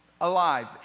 alive